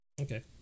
Okay